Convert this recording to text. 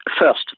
first